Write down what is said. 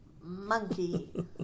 Monkey